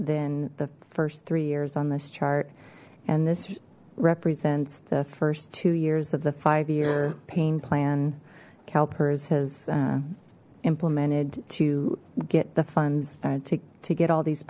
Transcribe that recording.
than the first three years on this chart and this represents the first two years of the five year pain plan calpers has implemented to get the funds to get all these